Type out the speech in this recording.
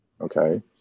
Okay